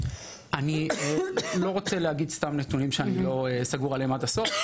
אני לא רוצה להגיד סתם דברים שאני לא סגור עליהם עד הסוף.